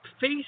face